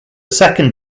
second